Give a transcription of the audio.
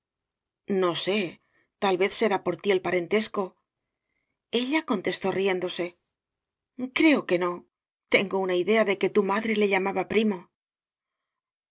no sé tal vez será por ti el parentesco ella contestó riéndose creo que no tengo una idea de que tu madre le llamaba primo